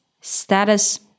status